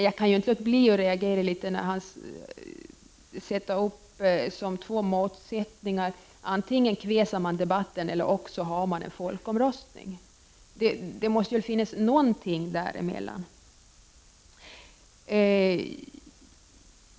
Jag kan ändå inte låta bli att reagera när han sätter upp som två målsättningar att man antingen kväser debatten eller har en folkomröstning. Det måste finnas någonting däremellan.